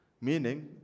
Meaning